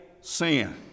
sin